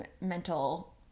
mental